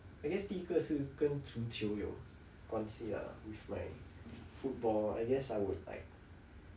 I guess 第一个是跟足球有关系 ah with my football I guess I would like